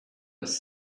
was